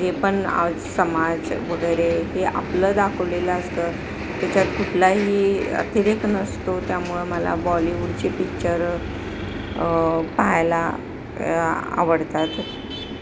जे पण आज समाज वगैरे हे आपलं दाखवलेलं असतं त्याच्यात कुठलाही अतिरेक नसतो त्यामुळं मला बॉलिवूडचे पिच्चर पाहायला आवडतात